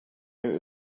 out